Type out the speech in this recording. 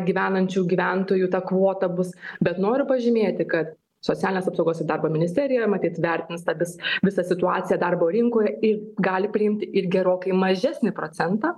gyvenančių gyventojų ta kvota bus bet noriu pažymėti kad socialinės apsaugos ir darbo ministerija matyt vertins tą visą situaciją darbo rinkoje gali priimti ir gerokai mažesnį procentą